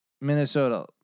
Minnesota